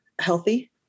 healthy